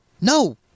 No